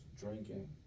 drinking